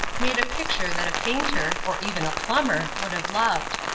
made a picture that a painter, or even a plumber, would have loved.